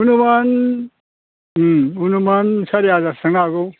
अनुमान अनुमान सारि हाजारसो थांनो हागौ